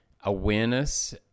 awareness